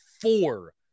four